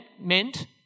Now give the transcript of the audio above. meant